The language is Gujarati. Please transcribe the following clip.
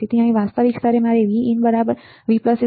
તેથી વાસ્તવિક સ્તરે મારે Vin V Ib